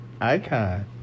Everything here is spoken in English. icon